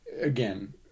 Again